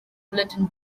bulletin